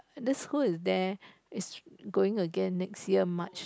this school is there is going again next year March